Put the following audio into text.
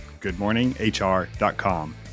GoodMorningHR.com